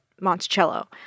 Monticello